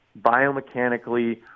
biomechanically